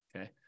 Okay